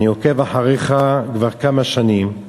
אני עוקב אחריך כבר כמה שנים,